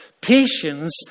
Patience